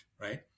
right